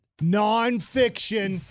non-fiction